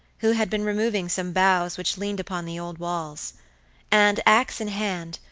who had been removing some boughs which leaned upon the old walls and, axe in hand,